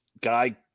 guy